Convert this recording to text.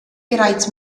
bereits